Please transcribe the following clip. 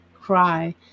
cry